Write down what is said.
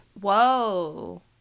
Whoa